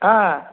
ஆ